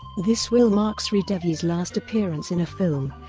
this will mark sridevi's last appearance in a film,